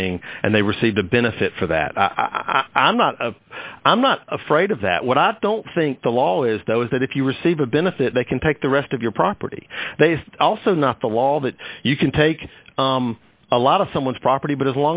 thing and they received a benefit for that i'm not i'm not afraid of that when i don't think the law is that was that if you receive a benefit they can take the rest of your property they also not the law that you can take a lot of someone's property but as